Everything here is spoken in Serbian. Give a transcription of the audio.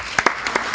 Hvala.